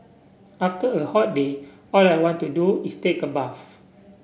after a hot day all I want to do is take a bath